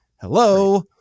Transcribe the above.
hello